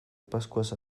pascuas